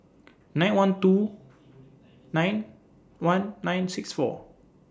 nine one two nine one nine six four